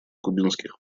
кубинских